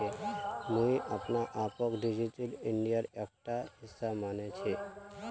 मुई अपने आपक डिजिटल इंडियार एकटा हिस्सा माने छि